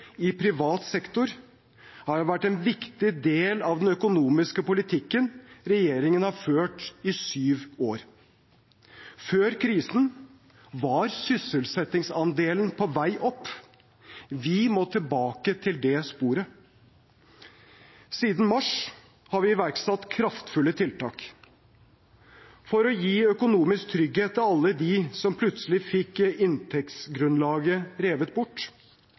i privat sektor har vært en viktig del av den økonomiske politikken regjeringen har ført i syv år. Før krisen var sysselsettingsandelen på vei opp. Vi må tilbake til det sporet. Siden mars har vi iverksatt kraftfulle tiltak for å gi økonomisk trygghet til alle de som plutselig fikk inntektsgrunnlaget revet bort,